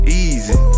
easy